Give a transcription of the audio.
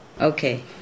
Okay